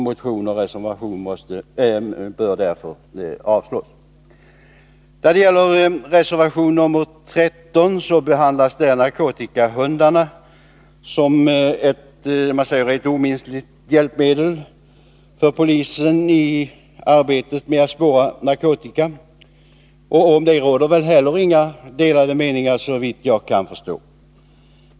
Motion och reservation bör därför avslås. Reservation 13 behandlar narkotikahundarna som ett omistligt hjälpmedel för polisen i arbetet med att spåra narkotika. Om detta råder väl heller inga delade meningar, såvitt jag kan förstå.